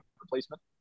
replacement